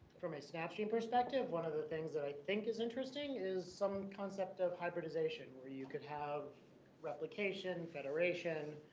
from a snapstream perspective, one of the things that i think is interesting is some concept of hybridization where you could have replication, federation,